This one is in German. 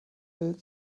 will